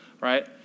right